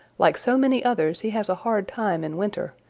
like so many others he has a hard time in winter,